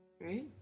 right